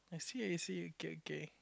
I see I see okay okay